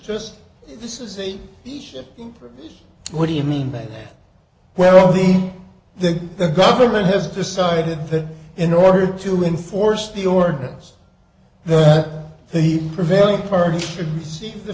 just this is a what do you mean that well the the the government has decided that in order to enforce the ordinance that the prevailing party should receive the